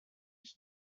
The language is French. qui